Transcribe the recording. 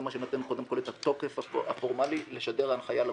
זה מה שנותן קודם כל את התוקף הפורמלי לשדר הנחיה לגופים.